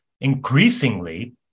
increasingly